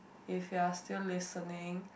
if you're still listening